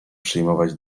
przyjmować